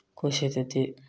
ꯑꯩꯈꯣꯏ ꯁꯤꯗꯗꯤ